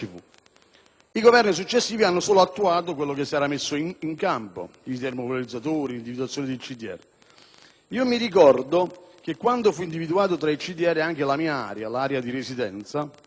I Governi successivi hanno solo attuato quello che si è messo in campo: i termovalorizzatori, l'individuazione dei CDR. Ricordo che quando fu individuato tra i CDR anche la mia area di residenza